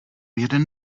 jeden